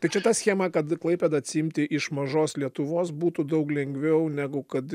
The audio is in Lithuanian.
tai čia ta schema kad klaipėdą atsiimti iš mažos lietuvos būtų daug lengviau negu kad